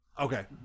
Okay